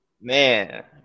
man